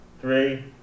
three